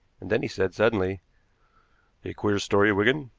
and then he said suddenly a queer story, wigan.